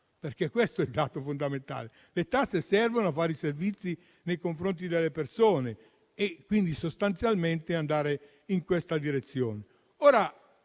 questo? Questo è il dato fondamentale. Le tasse servono per fare i servizi nei confronti delle persone e quindi sostanzialmente ad andare in questa direzione.